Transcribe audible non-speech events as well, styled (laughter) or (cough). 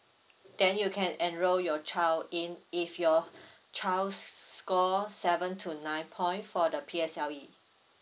then you can enrol your child in if your (breath) child s~ score seven to nine point for the P_S_L_E